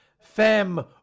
fem